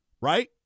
Right